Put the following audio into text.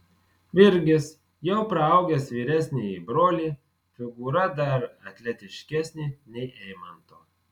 virgis jau praaugęs vyresnįjį brolį figūra dar atletiškesnė nei eimanto